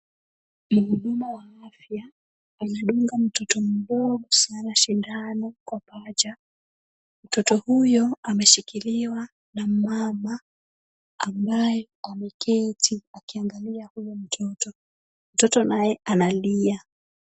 Mhuduma wa afya anadunga mtoto mdogo sana sindano kwa paja, mtoto huyo ameshikiliwa na mmama ambaye ameketi akiangalia huyo mtoto. Mtoto naye analia.